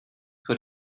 put